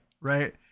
Right